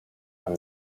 from